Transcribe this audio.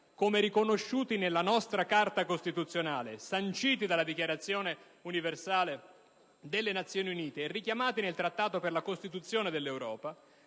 come riconosciuti dalla nostra Carta costituzionale, sanciti dalle Dichiarazioni delle Nazioni Unite e richiamati nel Trattato per la Costituzione dell'Europa